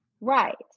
Right